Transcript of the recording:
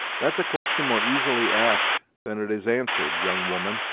that's a question more easily asked than it is answered, young woman,